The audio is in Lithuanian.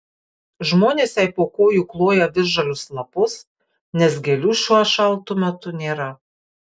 žmonės jai po kojų kloja visžalius lapus nes gėlių šiuo šaltu metu nėra